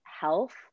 health